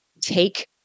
take